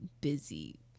busy